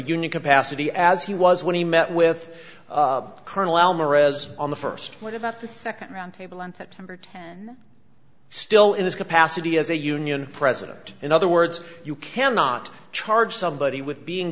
unit capacity as he was when he met with colonel elmer as on the st point about the nd round table on september ten still in his capacity as a union president in other words you cannot charge somebody with being